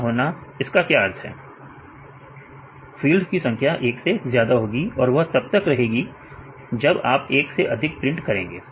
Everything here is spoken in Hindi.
विद्यार्थी फील्ड्स की संख्या फील्ड्स की संख्या एक से ज्यादा होगी और वह तब रहेगी जब आप एक से अधिक प्रिंट करेंगे